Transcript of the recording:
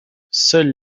seule